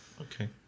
okay